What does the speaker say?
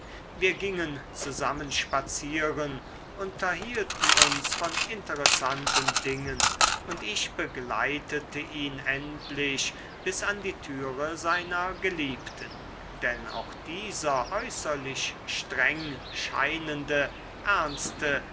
wir gingen zusammen spazieren unterhielten uns von interessanten dingen und ich begleitete ihn endlich bis an die türe seiner geliebten denn auch dieser